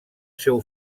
seu